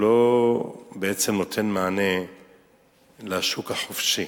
הוא בעצם לא נותן מענה לשוק החופשי.